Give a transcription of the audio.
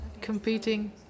competing